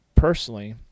personally